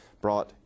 brought